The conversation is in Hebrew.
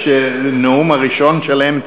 שזה הנאום הראשון שלהם.